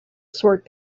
sort